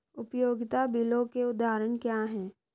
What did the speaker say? उपयोगिता बिलों के उदाहरण क्या हैं?